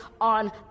on